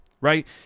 right